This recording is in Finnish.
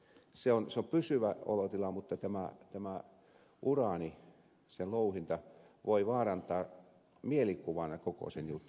se on pysyvä olotila mutta tämä uraani sen louhinta voi vaarantaa mielikuvana koko sen jutun